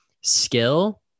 skill